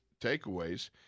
takeaways